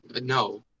no